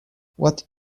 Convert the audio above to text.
what